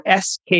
SK